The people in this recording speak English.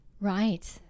Right